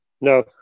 No